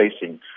facing